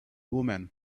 woman